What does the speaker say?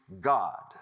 God